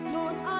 Lord